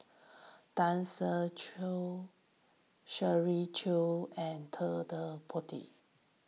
Tan Ser Cher Shirley Chew and Ted De Ponti